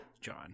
John